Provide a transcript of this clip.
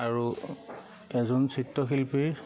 আৰু এজন চিত্ৰশিল্পীৰ